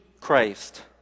Christ